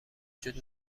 جود